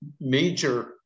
major